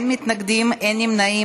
אין מתנגדים, אין נמנעים.